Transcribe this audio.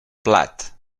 blat